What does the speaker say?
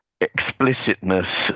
explicitness